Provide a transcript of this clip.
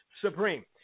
supreme